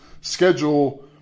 schedule